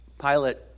Pilate